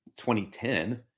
2010